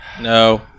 No